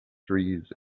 trees